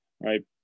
Right